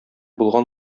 булган